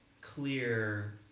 clear